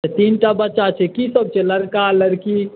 अच्छा तीनटा बच्चा सभ छै की सभ छै लड़का लड़की